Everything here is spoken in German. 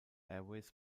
airways